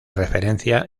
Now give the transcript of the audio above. referencia